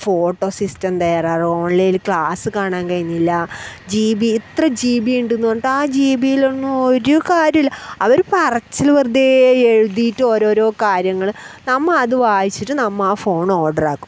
photo system തകരാറ് ഓൺലൈനിൽ class കാണാൻ കഴിഞ്ഞില്ല ജി ബി ഇത്ര ജി ബി ഉണ്ടെന്ന് പറഞ്ഞിട്ട് ആ ജി ബിയിലൊന്നും ഒരു കാര്യമില്ല അവർ പറച്ചിൽ വെറുതേ എഴുതിയിട്ട് ഓരോരോ കാര്യങ്ങൾ നമ്മൾ അത് വായിച്ചിട്ട് നമ്മൾ ആ ഫോൺ ഓർഡർ ആക്കും